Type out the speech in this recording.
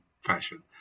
fashion